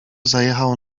zajechał